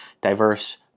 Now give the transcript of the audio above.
diverse